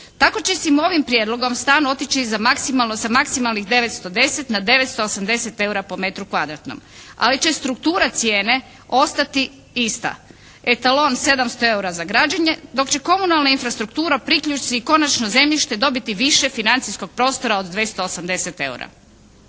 Tako će ovim prijedlogom stan otići sa maksimalnih 910 na 980 eura po metru kvadratnom, ali će struktura cijene ostati ista. Etalon 700 eura za građenje, dok će komunalna infrastruktura, priključci i konačno zemljište dobiti više financijskog prostora od 280 eura.